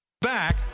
Back